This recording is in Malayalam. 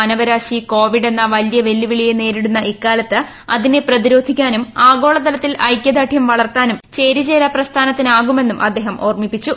മാനവരാശി കോവിഡ് എന്ന വലിയ വെല്ലുവിളിയെ നേരിടുന്ന ഇക്കാലത്ത് അതിനെ പ്രതിരോധിക്കാനും ആഗോളതലത്തിൽ ഐക്യദാർഢ്യം വളർത്താനും ചേരിചേരാ പ്രസ്ഥാനത്തിനാകുമെന്നും അദ്ദേഹം ഓർമ്മിപ്പിച്ചു